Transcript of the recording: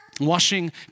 Washing